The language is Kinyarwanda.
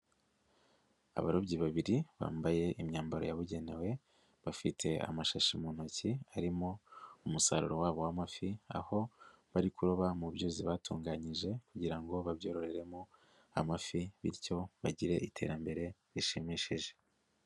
Abarobyi babiri bambaye imyambaro yabugenewe, bafite amashashi mu ntoki arimo umusaruro wabo w'amafi, aho bari kuroba mu byuzi batunganyije kugira ngo babyororeremo amafi bityo bagire iterambere rishimishije.